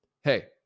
Hey